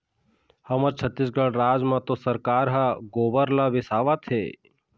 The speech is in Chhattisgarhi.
हमर छत्तीसगढ़ राज म तो सरकार ह गोबर ल बिसावत हे